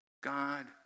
God